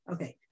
Okay